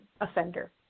offender